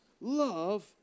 love